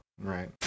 Right